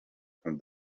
from